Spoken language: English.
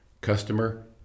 customer